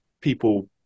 people